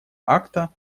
акта